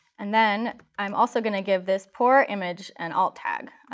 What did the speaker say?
and then i'm also going to give this poor image an alt tag,